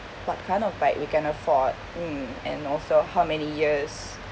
what kind of bike we can afford mm and also how many years